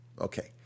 Okay